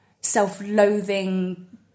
self-loathing